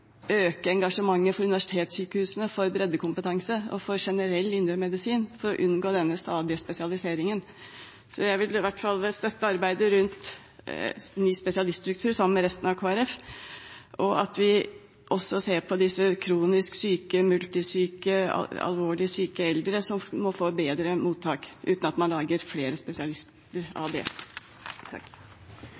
øke engasjementet hos universitetssykehusene for breddekompetanse og for generell indremedisin for å unngå denne stadige spesialiseringen. Jeg vil – sammen med resten av Kristelig Folkeparti – i hvert fall støtte arbeidet med ny spesialiststruktur, og at vi også ser på de kronisk syke, de multisyke og de alvorlig syke eldre, som må få bedre mottak, uten at man lager flere spesialiteter ut av det.